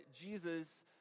Jesus